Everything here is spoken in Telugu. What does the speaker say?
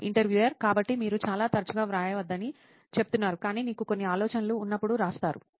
ఇంటర్వ్యూయర్ కాబట్టి మీరు చాలా తరచుగా వ్రాయవద్దని చెప్తున్నారు కానీ మీకు కొన్ని ఆలోచనలు ఉన్నప్పుడు రాస్తారు